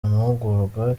amahugurwa